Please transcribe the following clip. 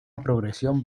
progresión